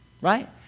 Right